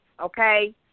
okay